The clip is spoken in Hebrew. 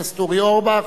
חבר הכנסת אורי אורבך,